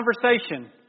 conversation